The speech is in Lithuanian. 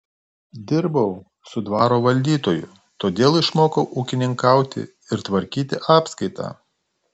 dirbau su dvaro valdytoju todėl išmokau ūkininkauti ir tvarkyti apskaitą